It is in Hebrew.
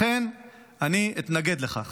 לכן אני אתנגד לכך.